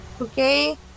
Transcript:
Okay